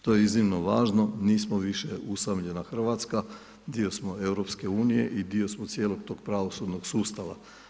To je iznimno važno, nismo više usamljena Hrvatska, dio smo EU i dio smo cijelog tog pravosudnog sustava.